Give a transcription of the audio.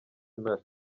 ntare